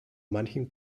manchem